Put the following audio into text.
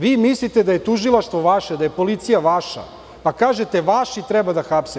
Vi mislite da je Tužilaštvo vaše, da je policija vaša, pa kažete vaši treba da hapse.